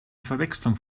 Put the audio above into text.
verwechslung